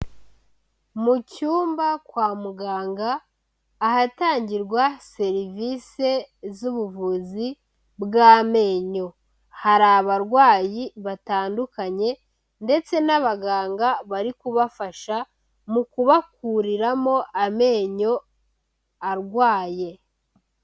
Mu cyumba kwa muganga, ahatangirwa serivisi z'ubuvuzi bw'amenyo, hari abarwayi batandukanye ndetse n'abaganga bari kubafasha mu kubakuriramo amenyo arwaye.